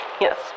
Yes